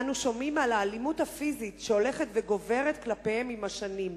אנו שומעים על האלימות הפיזית שהולכת וגוברת כלפיהם עם השנים.